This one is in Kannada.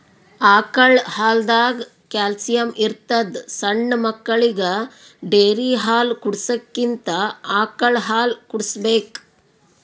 ಆಕಳ್ ಹಾಲ್ದಾಗ್ ಕ್ಯಾಲ್ಸಿಯಂ ಇರ್ತದ್ ಸಣ್ಣ್ ಮಕ್ಕಳಿಗ ಡೇರಿ ಹಾಲ್ ಕುಡ್ಸಕ್ಕಿಂತ ಆಕಳ್ ಹಾಲ್ ಕುಡ್ಸ್ಬೇಕ್